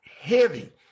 heavy